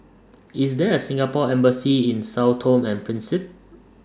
IS There A Singapore Embassy in Sao Tome and Principe